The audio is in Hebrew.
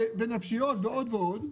במוגבלויות נפשיות ועוד ועוד,